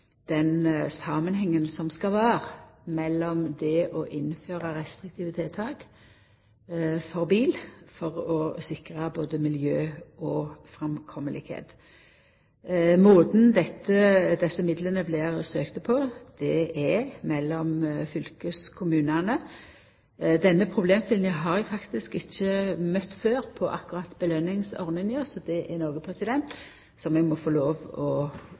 den samanhengen som skal vera mellom det å innføra restriktive tiltak for bil for å sikra miljøet, og framkoma. Måten desse midlane blir søkte på, er eit samarbeid mellom fylkeskommunane. Denne problemstillinga har eg faktisk ikkje møtt på før når det gjeld akkurat påskjøningsordninga, så det er noko som eg må få lov å